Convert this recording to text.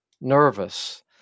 nervous